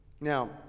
now